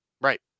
Right